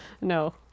No